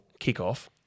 kickoff